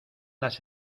las